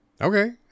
Okay